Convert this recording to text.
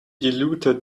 diluted